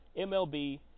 MLB